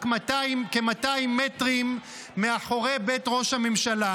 כ-200 מטרים מאחורי בית ראש הממשלה.